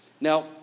Now